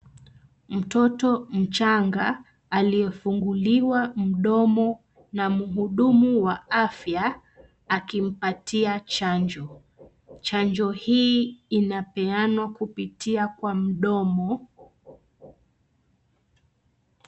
Mtoto mchanga aliyefunguliwa mdomo na mhudumu wa afya akimpatia chanjo. Chanjo hii inapeanwa kupitia kwa mdomo.